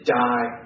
die